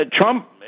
Trump